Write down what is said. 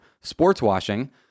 sports-washing